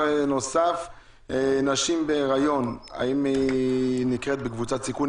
נשים בהיריון אם האישה בקבוצת סיכון,